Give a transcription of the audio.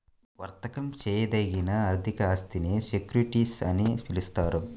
వర్తకం చేయదగిన ఆర్థిక ఆస్తినే సెక్యూరిటీస్ అని పిలుస్తారు